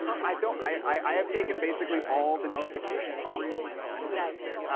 i i have taken basically all the notifications off of my phone. nice.